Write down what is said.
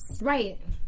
Right